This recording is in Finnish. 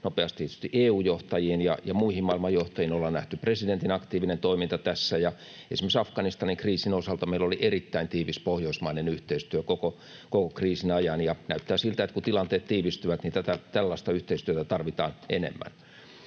tietysti EU-johtajiin ja muihin maailman johtajiin. Ollaan nähty presidentin aktiivinen toiminta tässä, ja esimerkiksi Afganistanin kriisin osalta meillä oli erittäin tiivis pohjoismainen yhteistyö koko kriisin ajan. Näyttää siltä, että kun tilanteet tiivistyvät, niin tällaista yhteistyötä tarvitaan enemmän.